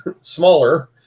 smaller